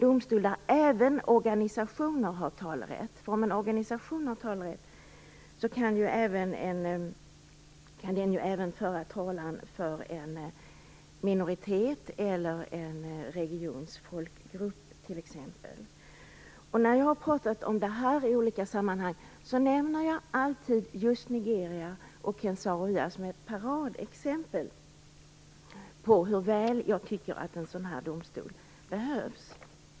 Där skulle även organisationer ha talerätt. Om en organisation har talerätt kan den föra talan för en minoritet eller för en folkgrupp i en region. När jag i olika sammanhang talar om en internationell miljödomstol nämner jag alltid Nigeria och Ken Saro-Wiwa som ett paradexempel, som illustrerar hur väl en sådan domstol behövs.